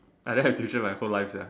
I don't have tuition in my whole life Sia